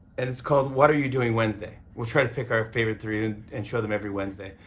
and it's called what are you doing wednesday? we'll try to pick our favorite three and show them every wednesday,